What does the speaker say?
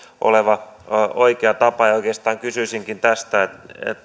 oleva oikea tapa oikeastaan kysyisinkin näistä